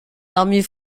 armées